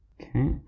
Okay